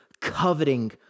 coveting